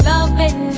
Loving